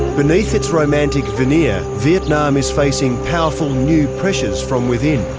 beneath its romantic veneer, vietnam is facing powerful new pressures from within.